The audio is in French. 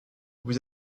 vous